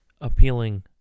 appealing